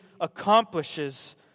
accomplishes